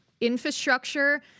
infrastructure